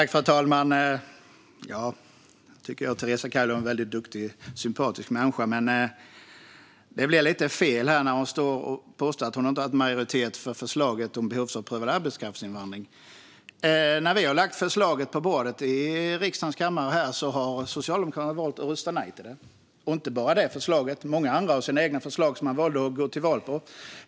Fru talman! Jag tycker att Teresa Carvalho är en väldigt duktig och sympatisk människa, men det blir lite fel när hon påstår att hon inte har haft majoritet för förslaget om behovsprövad arbetskraftsinvandring. När vi har lagt förslaget på bordet här i riksdagens kammare har Socialdemokraterna valt att rösta nej till det. Och det gäller inte bara det förslaget; det gäller även många andra av de egna förslag som man gått till val på.